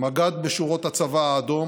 מג"ד בשורות הצבא האדום,